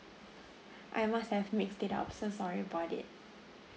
I must have mixed it up so sorry about it